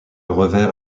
revers